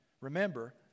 Remember